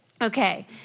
Okay